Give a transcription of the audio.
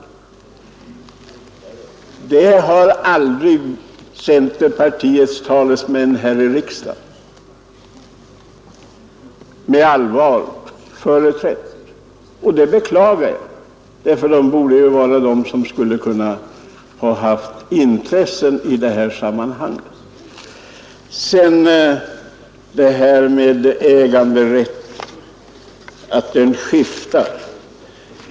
Någon sådan strävan har centerpartiets representanter här i riksdagen aldrig på allvar företrätt. Det beklagar jag, därför att de borde ju ha haft intresse i detta sammanhang. Det har talats om ägeanderättens skiftningar.